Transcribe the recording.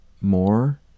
more